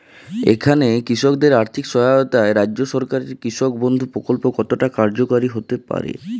এখানে কৃষকদের আর্থিক সহায়তায় রাজ্য সরকারের কৃষক বন্ধু প্রক্ল্প কতটা কার্যকরী হতে পারে?